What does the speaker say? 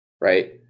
right